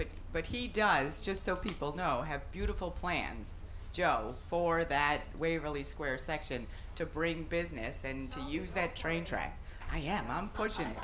but but he dies just so people now have beautiful plans jobs for that waverly square section to bring business and to use that train track i am i'm pushing